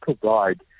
provide